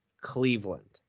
Cleveland